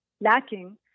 lacking